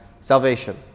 salvation